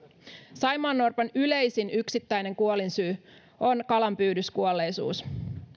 saimaannorpan yleisin yksittäinen kuolinsyy on kalanpyydyskuolleisuus